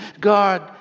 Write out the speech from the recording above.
God